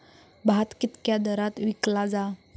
भात कित्क्या दरात विकला जा?